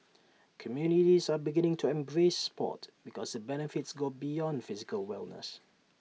communities are beginning to embrace Sport because the benefits go beyond physical wellness